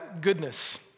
goodness